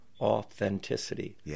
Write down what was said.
authenticity